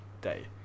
day